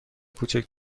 کوچک